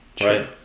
right